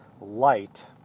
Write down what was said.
light